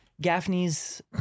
Gaffney's